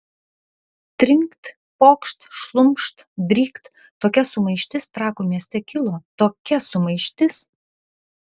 trinkt pokšt šlumšt drykt tokia sumaištis trakų mieste kilo tokia sumaištis